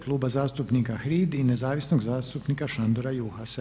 Kluba zastupnika HRID i nezavisnog zastupnika Šandora Juhasa.